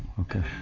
Okay